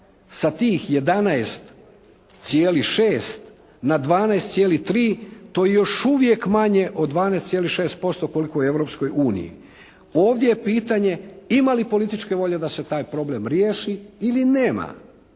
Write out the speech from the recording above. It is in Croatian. sa tih 11,6 na 12,3 to je još uvijek manje od 12,6% koliko je u Europskoj uniji. Ovdje je pitanje ima li političke volje da se taj problem riješi ili nema?